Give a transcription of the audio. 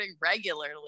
regularly